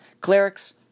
clerics